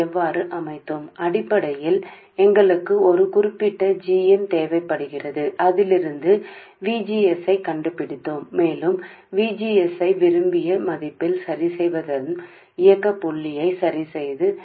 సాధారణంగా మేము ఒక నిర్దిష్ట gm కావలెను మరియు ఆ నుండి మేము VGS దొరకలేదు మరియు మేము ఆపరేటింగ్ పాయింట్ పరిష్కరించబడింది విధంగా కావలసిన విలువ VGS పరిష్కరించడానికి ఉంది